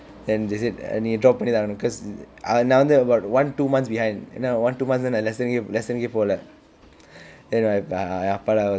then they said நீ:nii drop ஆகி தான் ஆகணும்:aaki thaan akanum cause நான் வந்து:naan vanthu about one two months behind ஏனா:aenaa one two months தான் நான்:thaan naan lesson lesson போலை:polai then my my அப்பா:appaa lah was